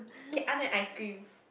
okay other than ice cream